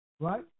Right